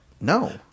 No